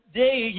day